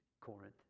Corinth